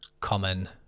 common